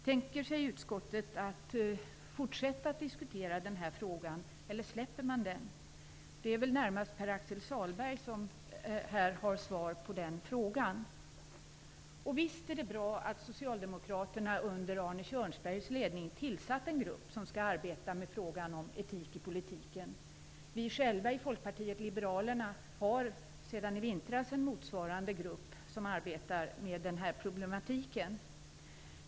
Tänker utskottet fortsätta att diskutera den här frågan, eller skall man släppa den? Det är närmast Pär-Axel Sahlberg som har svar på den frågan. Visst är det bra att Socialdemokraterna, under Arne Kjörnsbergs ledning, har tillsatt en grupp som skall arbeta med frågan om etik i politiken. Vi i Folkpartiet liberalerna har sedan i vintras en motsvarande grupp som arbetar med den här problematiken.